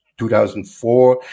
2004